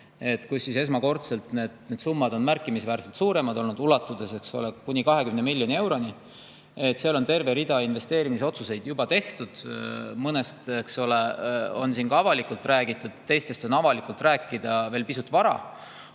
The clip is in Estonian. kus esmakordselt on need summad märkimisväärselt suuremad, ulatudes kuni 20 miljoni euroni. Seal on terve rida investeerimisotsuseid juba tehtud. Mõnest on siin avalikult räägitud, teistest on avalikult rääkida veel pisut vara.